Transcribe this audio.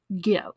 go